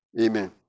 Amen